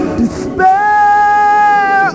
despair